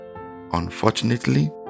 Unfortunately